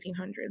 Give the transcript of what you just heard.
1800s